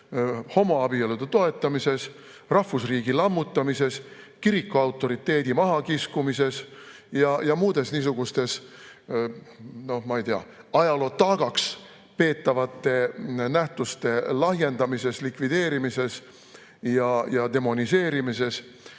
homoabielude toetamises, rahvusriigi lammutamises, kiriku autoriteedi mahakiskumises ja muudes niisugustes, ma ei tea, ajaloo taagaks peetavate nähtuste lahjendamises, likvideerimises ja demoniseerimises.